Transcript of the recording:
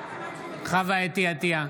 עטייה,